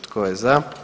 Tko je za?